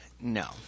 No